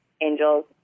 angels